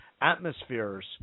atmospheres